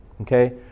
Okay